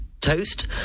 toast